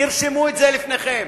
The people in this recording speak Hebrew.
תרשמו את זה לפניכם.